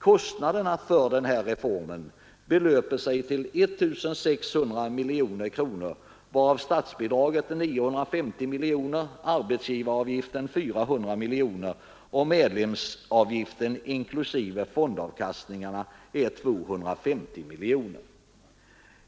Kostnaderna för reformen belöper sig till 1 600 miljoner kronor, varav statsbidraget är 950 miljoner, arbetsgivaravgiften 400 miljoner och medlemsavgiften inklusive fondavkastningarna 250 miljoner kronor.